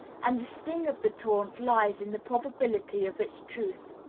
and the sting of the taunt lies in the probability of its truth.